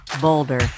boulder